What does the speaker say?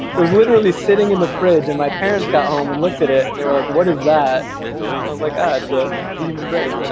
it was literally sitting in the fridge and my parents got home and looked at it, and they were like, what is that? and i was like, ah, it's ah a human brain.